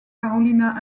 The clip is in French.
carolina